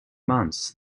months